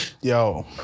Yo